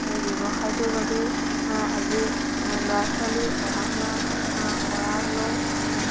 সেই ব্যৱসায়টোৰ বাবেই আজি ল'ৰা ছোৱালী পঢ়া শুনা কৰা লৈ